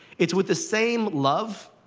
it's with the same love,